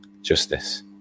justice